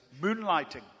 Moonlighting